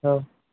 অঁ